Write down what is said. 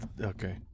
okay